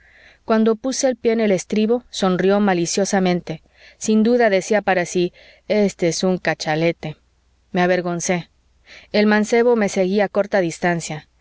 cuando puse el pie en el estribo sonrió maliciosamente sin duda decía para sí este es un cachalete me avergonce el mancebo me seguía a corta distancia